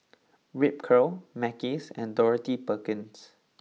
Ripcurl Mackays and Dorothy Perkins